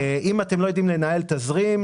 אם אתם לא יודעים לנהל תזרים,